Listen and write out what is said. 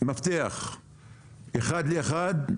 מפתח אחד לאחד,